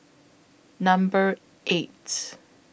Number eight